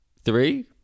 Three